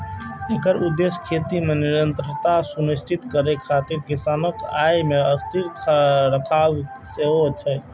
एकर उद्देश्य खेती मे निरंतरता सुनिश्चित करै खातिर किसानक आय कें स्थिर राखब सेहो छै